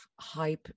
Hype